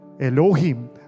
Elohim